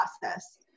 process